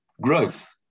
growth